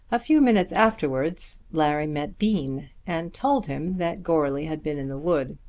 a few minutes afterwards larry met bean, and told him that goarly had been in the wood.